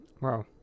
Wow